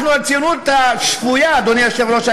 אנחנו הציונות השפויה, אדוני היושב-ראש.